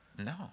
no